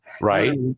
right